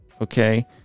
Okay